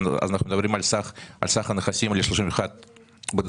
אנחנו מדברים על סך הנכסים ל-31 בדצמבר